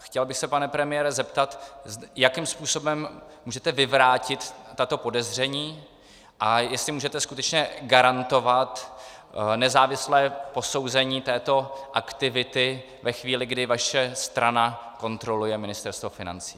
Chtěl bych se, pane premiére, zeptat, jakým způsobem můžete vyvrátit tato podezření a jestli můžete skutečně garantovat nezávislé posouzení této aktivity ve chvíli, kdy vaše strana kontroluje Ministerstvo financí.